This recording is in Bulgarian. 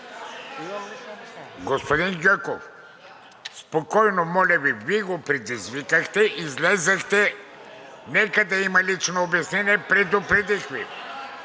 Господин Гьоков, спокойно, моля Ви. Вие го предизвикахте, излязохте. Нека да има лично обяснение. Предупредих Ви